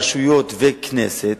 רשויות וכנסת,